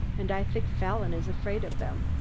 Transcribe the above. and i think fallon is afraid of them,